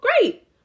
great